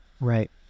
right